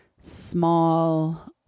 small